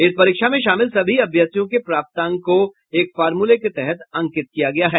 इस परीक्षा में शामिल सभी अभ्यर्थियों के प्राप्तांक को एक फर्मूला के तहत अंकित किया गया है